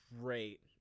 great